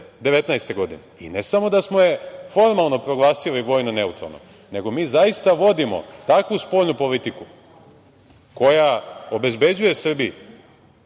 2019. godine i ne samo da smo je formalno proglasili vojno neutralnom, nego mi zaista vodimo takvu spoljnu politiku koja obezbeđuje Srbiji